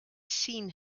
seen